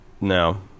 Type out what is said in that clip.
No